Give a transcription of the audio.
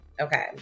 Okay